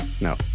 No